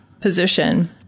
position